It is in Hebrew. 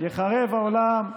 ייחרב העולם,